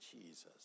Jesus